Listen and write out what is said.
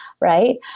right